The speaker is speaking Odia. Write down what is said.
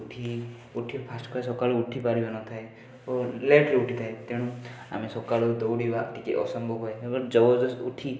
ଉଠି ଉଠି ଫାଷ୍ଟ୍ ଫାଷ୍ଟ୍ ସକାଳୁ ଉଠି ପାରିନଥାଏ ଓ ଲେଟ୍ରେ ଉଠିଥାଏ ତେଣୁ ଆମେ ସକାଳୁ ଦୌଡ଼ିବା ଟିକିଏ ଅସମ୍ଭବ ହୁଏ ଏବଂ ଜବରଦସ୍ତି ଉଠି